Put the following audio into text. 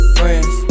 friends